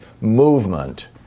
movement